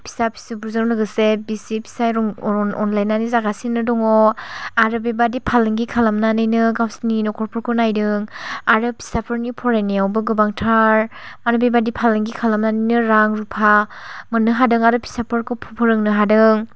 फिसा फिसौफोरजों लोगोसे बिसि फिसाइ रं अन अनलायनानै जागासिनो दङ आरो बेबादि फालांगि खालामनानैनो गावसोरनि नखरफोरखौ नायदों आरो फिसाफोरनि फरायनायावबो गोबांथार आरो बेबादि फालांगि खालामनानैनो रां रुफा मोननो हादों आरो फिसाफोरखौ फोरोंनो हादों